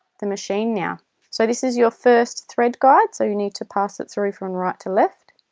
the machine now so this is your first thread guide so you need to pass it through from and right to left